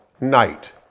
night